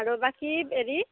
আৰু বাকি হেৰি